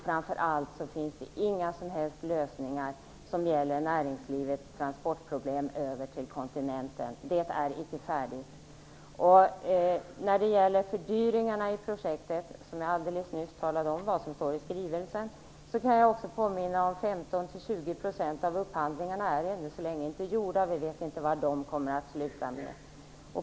Framför allt finns det inga som helst lösningar för näringslivets problem med transporter över till kontinenten. Det är icke färdigt. När det gäller fördyringarna i projektet - jag talade alldeles nyss om vad som står i skrivelsen - kan jag också påminna om att 15-20 % av upphandlingarna ännu så länge inte är gjorda. Vi vet inte vad de kommer att sluta med.